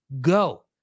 go